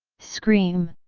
scream!